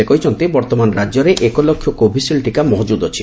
ସେ କହିଛନ୍ତି ବର୍ଉମାନ ରାଜ୍ୟରେ ଏକ ଲକ୍ଷ କୋଭିସିଲ୍ଲ ଟିକା ମହକୁଦ ରହିଛି